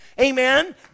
amen